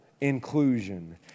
inclusion